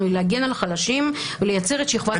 היא להגן על החלשים ולייצר את שכבת ההגנה,